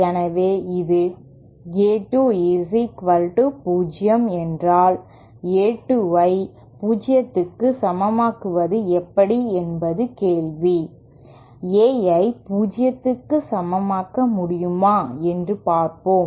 எனவே இது A 2 0 என்றால் A 2ஐ 0 க்கு சமமாக்குவது எப்படி என்பது கேள்வி Aஐ 0 க்கு சமமாக்க முடியுமா என்று பார்ப்போம்